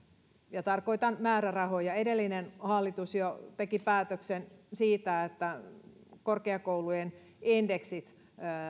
ja tarkoitan määrärahoja jo edellinen hallitus teki päätöksen siitä että korkeakoulujen indeksit